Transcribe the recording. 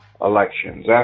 elections